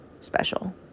special